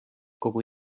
kogu